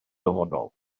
dyfodol